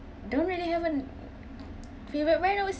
don't really have a favorite